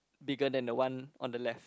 bigger than the one on the left